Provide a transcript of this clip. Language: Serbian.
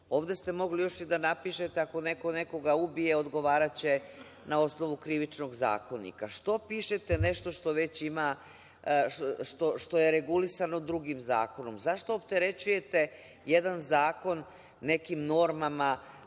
hoće. Ovde ste mogli još i da napišete ako neko nekoga ubije, odgovaraće na osnovu Krivičnog zakonika. Što pišete nešto što je regulisano drugim zakonom? Zašto opterećujete jedan zakon nekim normama